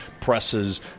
presses